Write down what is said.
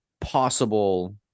possible